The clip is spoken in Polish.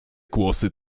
kłosy